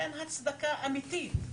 ואין הצדקה אמיתית.